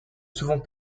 souvent